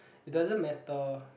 it doesn't matter